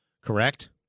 Correct